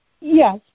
yes